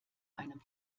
einem